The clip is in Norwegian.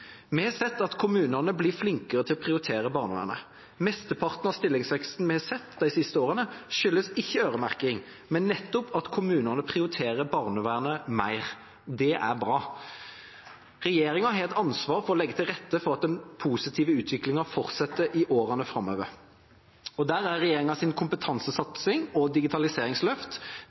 Vi har sett at kommunene blir flinkere til å prioritere barnevernet. Mesteparten av stillingsveksten vi har sett de siste årene, skyldes ikke øremerking, men nettopp at kommunene prioriterer barnevernet mer. Det er bra. Regjeringa har et ansvar for å legge til rette for at den positive utviklingen fortsetter i årene framover. Regjeringas kompetansesatsing og